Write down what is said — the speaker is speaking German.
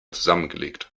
zusammengelegt